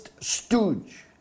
stooge